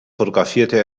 fotografierte